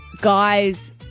Guys